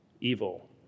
evil